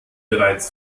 bereits